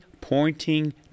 pointing